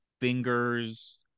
fingers